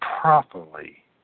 properly